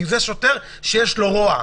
כי זה שוטר שיש לו רוע.